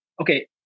okay